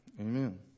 Amen